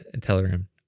telegram